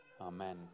Amen